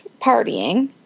partying